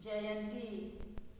जयंती